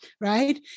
right